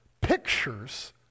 pictures